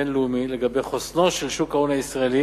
הבין-לאומית לגבי חוסנו של שוק ההון הישראלי